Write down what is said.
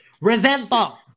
Resentful